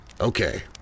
okay